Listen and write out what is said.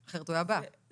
אחרת הוא היה בא, לא?